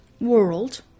world